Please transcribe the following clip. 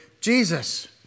Jesus